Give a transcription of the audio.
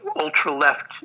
ultra-left